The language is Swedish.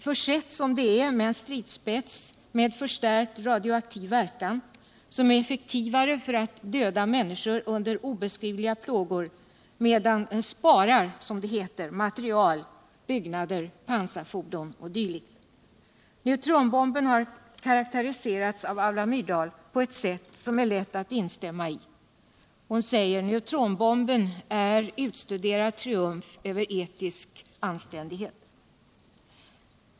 försett som det är med en stridsspets med förstärkt radioaktiv verkan, som är effektivare när der gäller att döda människor under obeskrivliga plågor, medan det sparar - som det heter — material, byggnader, pansarfordon o. d. Neutronbomben har av Alva Myrdal karakteriserats på ett sätt som är lätt att instämma i. Hon siger att neutronbomben är utstuderad triumf över etisk anständighet.